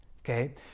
okay